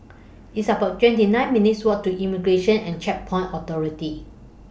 It's about twenty nine minutes' Walk to Immigration and Checkpoints Authority